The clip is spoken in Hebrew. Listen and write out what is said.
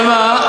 אבל מה?